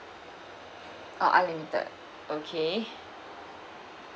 ah unlimited okay